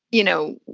you know,